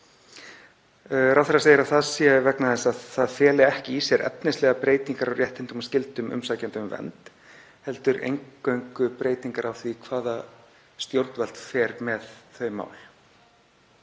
Ráðherra segir að það sé vegna þess að það feli ekki í sér efnislegar breytingar á réttindum og skyldum umsækjenda um vernd heldur eingöngu breytingar á því hvaða stjórnvald fer með þau mál.